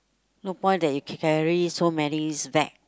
no point that you carry so many bag